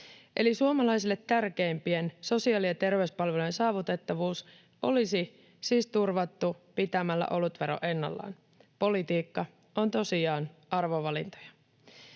Suomalaisille tärkeimpien sosiaali- ja terveyspalvelujen saavutettavuus olisi siis turvattu pitämällä olutvero ennallaan. Politiikka on tosiaan arvovalintoja.